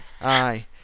aye